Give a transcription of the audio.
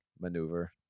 maneuver